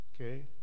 okay